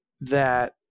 that-